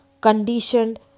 conditioned